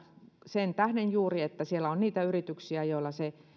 sen tähden että siellä on niitä yrityksiä joilla se